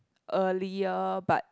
earlier but